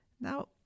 now